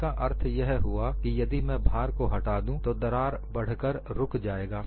इसका अर्थ यह हुआ कि यदि मैं भार को हटा देता हूं तो दरार बढ़कर रुक जाएगा